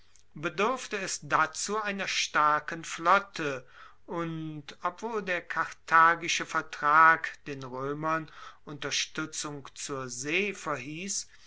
bedurfte es dazu einer starken flotte und obwohl der karthagische vertrag den roemern unterstuetzung zur see verhiess